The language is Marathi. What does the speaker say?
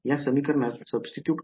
या समीकरणात substitute करेन